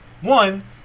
One